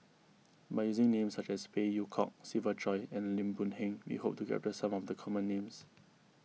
by using names such as Phey Yew Kok Siva Choy and Lim Boon Heng we hope to capture some of the common names